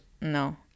no